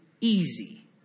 easy